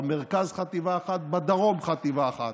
במרכז חטיבה אחת ובדרום חטיבה אחת,